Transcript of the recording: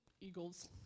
eagles